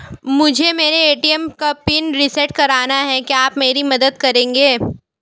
मुझे मेरे ए.टी.एम का पिन रीसेट कराना है क्या आप मेरी मदद करेंगे?